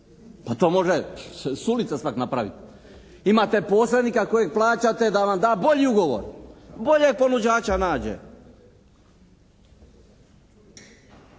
Pa to može s ulice svak napraviti. Imate posrednika kojeg plaćate da vam da bolji ugovor, boljeg ponuđača nađe.